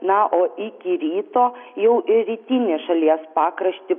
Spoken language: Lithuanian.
na o iki ryto jau ir rytinį šalies pakraštį